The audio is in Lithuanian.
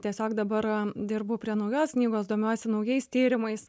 tiesiog dabar dirbu prie naujos knygos domiuosi naujais tyrimais